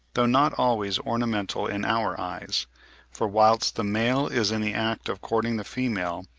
though not always ornamental in our eyes for whilst the male is in the act of courting the female,